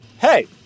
Hey